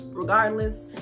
Regardless